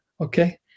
okay